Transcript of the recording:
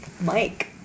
Mike